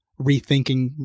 rethinking